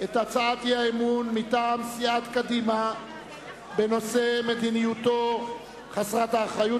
על הצעת האי-אמון מטעם סיעת קדימה בנושא מדיניותו חסרת האחריות